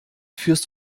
führst